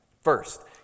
First